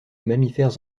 mammifères